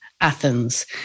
Athens